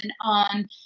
on